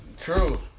True